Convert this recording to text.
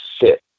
sit